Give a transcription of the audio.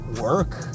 work